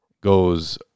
goes